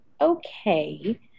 okay